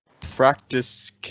Practice